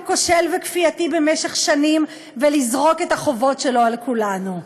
כושל וכפייתי במשך שנים ולזרוק את החובות שלו על כולנו.